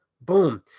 boom